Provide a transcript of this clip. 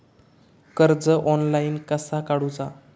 कर्ज ऑनलाइन कसा काडूचा?